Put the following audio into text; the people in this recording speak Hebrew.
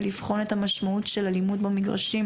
לבחון את המשמעות של אלימות במגרשים,